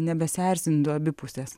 nebesierzintų abi pusės